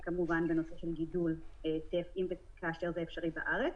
כמובן בנושא של גידול טף אם וכאשר זה אפשרי בארץ.